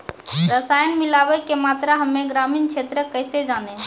रसायन मिलाबै के मात्रा हम्मे ग्रामीण क्षेत्रक कैसे जानै?